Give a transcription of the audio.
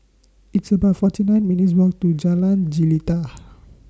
It's about forty nine minutes' Walk to Jalan Jelita